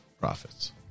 profits